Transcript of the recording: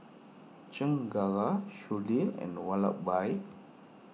Chengara Sudhir and Vallabhbhai